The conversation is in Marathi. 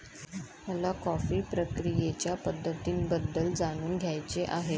मला कॉफी प्रक्रियेच्या पद्धतींबद्दल जाणून घ्यायचे आहे